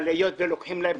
אבל היות שלוקחים את הכספים,